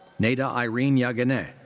neda irene yeganeh.